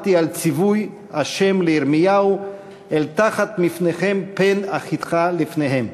למדתי על ציווי ה' לירמיהו 'אל תחת מפניהם פן אחִתך לפניהם'.